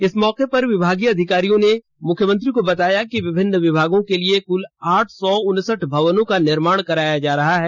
इस मौके पर विभागीय अधिकारियों ने मुख्यमंत्री को बताया कि विमिन्न विभागों के लिए क्ल आठ सौ उनसठ भवनों का निर्माण कराया जा रहा है